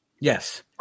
Yes